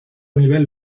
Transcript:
nivel